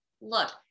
Look